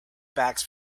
bags